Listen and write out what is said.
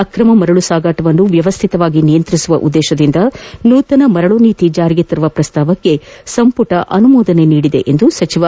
ಆಕ್ರಮ ಮರಳು ಸಾಗಾಟವನ್ನು ವ್ಯವಸ್ಥಿತವಾಗಿ ನಿಯಂತ್ರಿಸುವ ಉದ್ದೇಶದಿಂದ ನೂತನ ಮರಳು ನೀತಿ ಜಾರಿಗೆ ತರುವ ಪ್ರಸ್ತಾವಕ್ಕೆ ಸಂಪುಟ ಅನುಮೋದನೆ ನೀಡಿದೆ ಎಂದು ಸಚಿವ ಜೆ